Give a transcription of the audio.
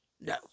No